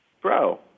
bro